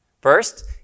First